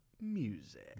music